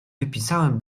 wypisałem